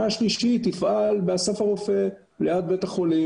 השלישית תפעל באסף הרופא ליד בית החולים.